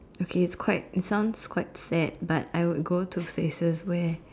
okay it's quite it sounds quite sad but I would go to places where